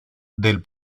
del